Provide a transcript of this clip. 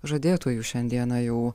žadėtųjų šiandieną jau